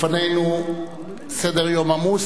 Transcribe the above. לפנינו סדר-יום עמוס,